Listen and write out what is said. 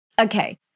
Okay